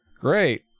great